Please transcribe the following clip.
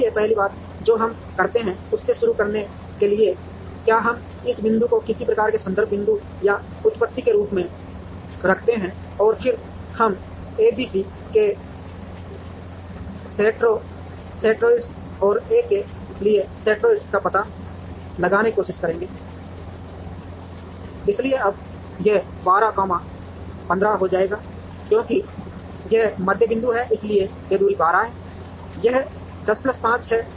इसलिए पहली बात जो हम करते हैं उससे शुरू करने के लिए क्या हम इस बिंदु को किसी प्रकार के संदर्भ बिंदु या उत्पत्ति के रूप में रखते हैं और फिर हम एबीसी के सेंट्रोइड्स और ए के लिए सेंट्रोइड का पता लगाने की कोशिश करेंगे इसलिए अब यह 12 कॉमा 15 हो जाएगा क्योंकि यह मध्य बिंदु है इसलिए यह दूरी 12 है यह 10 प्लस 5 है